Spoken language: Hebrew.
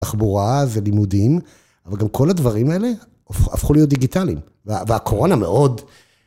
תחבורה, ולימודים, אבל גם כל הדברים האלה הפכו להיות דיגיטליים, והקורונה מאוד...